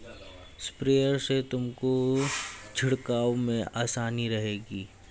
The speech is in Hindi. स्प्रेयर से तुमको छिड़काव में आसानी रहेगी